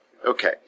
Okay